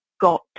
got